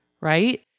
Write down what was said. right